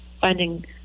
finding